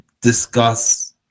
discuss